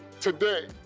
today